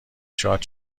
شاد